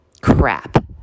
Crap